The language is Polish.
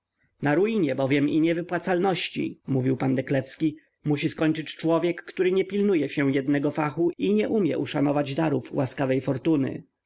na ruinie bowiem i niewypłacalności mówił pan deklewski musi skończyć człowiek który nie pilnuje się jednego fachu i nie umie uszanować darów łaskawej fortuny